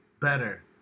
better